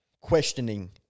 questioning